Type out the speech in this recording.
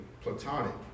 platonic